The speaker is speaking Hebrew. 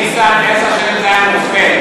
בעד,